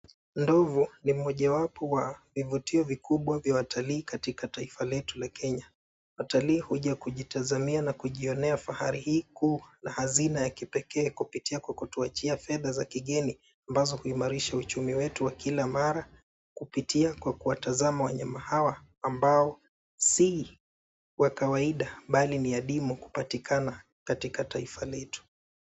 Ndovu ni mojawapo wa vivutio vikubwa vya watalii katika taifa letu la Kenya. Watalii huja kujitazamia na kujionea fahari hii kuu na hazina ya kipekee kupitia kutuachia fedha za kigeni ambazo huimarisha uchumi wetu wa kila mara kupitia kwa kuwatazama wanyama hawa ambao si wa kawaida bali ni adimu kupatikana katika taifa letu.